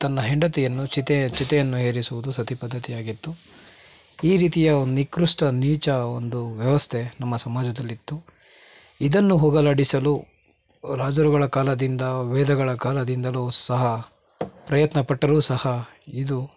ತನ್ನ ಹೆಂಡತಿಯನ್ನು ಚಿತೆ ಚಿತೆಯನ್ನು ಏರಿಸುವುದು ಸತಿ ಪದ್ಧತಿಯಾಗಿತ್ತು ಈ ರೀತಿಯ ನಿಕೃಷ್ಠ ನೀಚ ಒಂದು ವ್ಯವಸ್ಥೆ ನಮ್ಮ ಸಮಾಜದಲ್ಲಿತ್ತು ಇದನ್ನು ಹೋಗಲಾಡಿಸಲು ರಾಜರುಗಳ ಕಾಲದಿಂದ ವೇದಗಳ ಕಾಲದಿಂದಲೂ ಸಹ ಪ್ರಯತ್ನಪಟ್ಟರೂ ಸಹ ಇದು